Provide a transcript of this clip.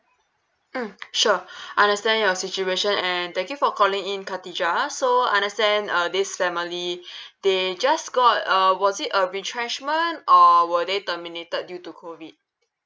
mm sure understand your situation and thank you for calling in katija so understand uh this family they just got uh was it a retrenchment or were they terminated due to COVID